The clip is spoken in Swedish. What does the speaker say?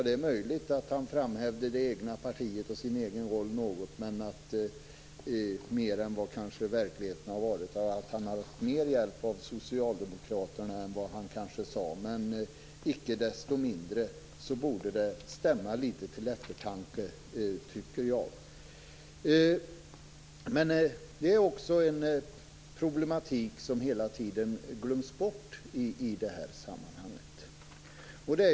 Det är möjligt att han framhävde det egna partiet och sin egen roll något mer än hur det kanske i verkligheten har varit. Han har kanske haft mer hjälp av socialdemokraterna än vad han sade. Men icke desto mindre borde detta stämma litet till eftertanke, tycker jag. Det finns också en problematik som hela tiden glöms bort i detta sammanhang.